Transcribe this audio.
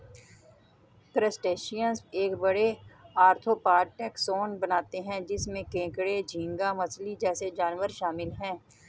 crustaceans एक बड़े, arthropod taxon बनाते हैं जिसमें केकड़े, झींगा मछली जैसे जानवर शामिल हैं